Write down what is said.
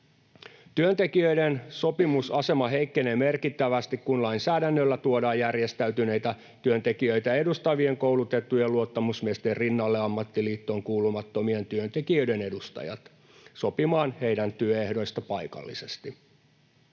Työntekijöiden sopimusasema heikkenee merkittävästi, kun lainsäädännöllä tuodaan järjestäytyneitä työntekijöitä edustavien koulutettujen luottamusmiesten rinnalle ammattiliittoon kuulumattomien työntekijöiden edustajat sopimaan heidän työehdoistaan paikallisesti.